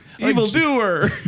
Evildoer